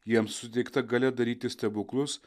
jiems suteikta galia daryti stebuklus